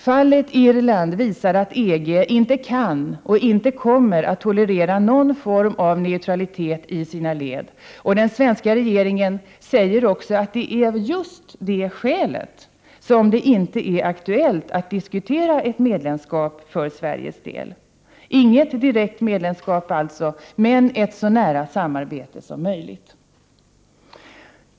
Fallet Irland visar att EG inte kan och inte kommer att tolerera någon form av neutralitet i sina led, och den svenska regeringen säger också att det är av just det skälet som det inte är aktuellt att diskutera ett medlemskap för Sveriges del. Det handlar således inte om något direkt medlemskap men väl om ett så nära samarbete som möjligt.